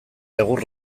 egur